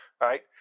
right